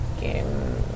game